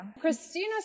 Christina